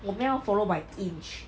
我们要 follow by inch